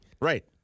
Right